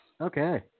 okay